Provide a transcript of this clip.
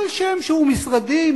כל שם שהוא משרדי,